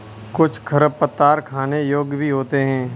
कुछ खरपतवार खाने योग्य भी होते हैं